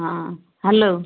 ହଁ ହ୍ୟାଲୋ